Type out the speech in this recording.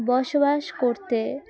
বসবাস করতে